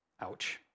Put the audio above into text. Ouch